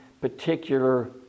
particular